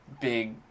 big